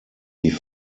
die